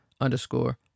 underscore